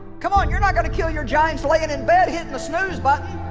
come on. you're not going to kill your giants laying in bed hitting the snooze but